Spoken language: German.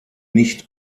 nicht